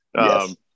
Yes